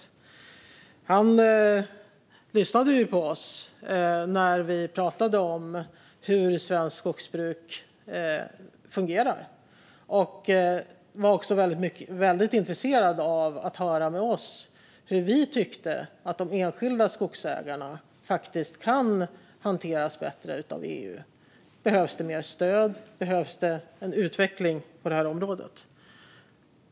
Kommissionären lyssnade på oss när vi pratade om hur svenskt skogsbruk fungerar och var också väldigt intresserad av att höra med oss hur vi tyckte att de enskilda skogsägarna faktiskt kan hanteras bättre av EU. Behövs mer stöd? Behövs en utveckling på området?